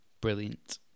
Brilliant